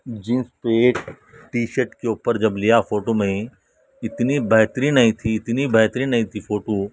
jeans پہ ایک T shirt کے اوپر جب لیا فوٹو میں اتنی بہترین آئی تھی اتنی بہترین آئی تھی فوٹو